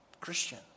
Christian